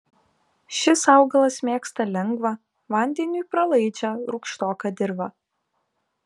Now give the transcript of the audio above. šis augalas mėgsta lengvą vandeniui pralaidžią rūgštoką dirvą